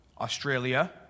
Australia